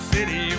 City